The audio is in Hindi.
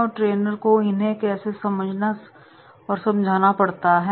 और ट्रेनर को इन्हे कैसे समझना और समझना पड़ता है